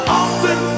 often